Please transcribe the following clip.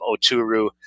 Oturu